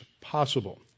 possible